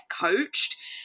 coached